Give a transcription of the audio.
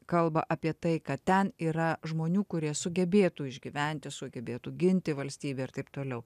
kalba apie tai kad ten yra žmonių kurie sugebėtų išgyventi sugebėtų ginti valstybę ir taip toliau